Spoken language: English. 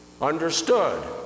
understood